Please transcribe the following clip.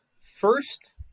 First